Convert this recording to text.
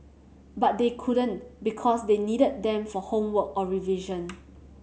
but they couldn't because they needed them for homework or revision